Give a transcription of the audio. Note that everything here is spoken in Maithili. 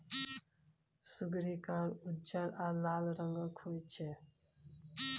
सुग्गरि कार, उज्जर आ लाल रंगक होइ छै